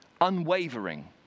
unwavering